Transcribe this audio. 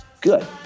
good